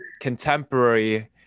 Contemporary